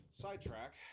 sidetrack